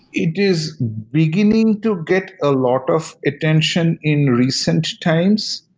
it is beginning to get a lot of attention in recent times.